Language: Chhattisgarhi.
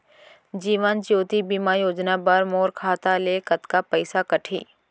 जीवन ज्योति बीमा योजना बर मोर खाता ले कतका पइसा कटही?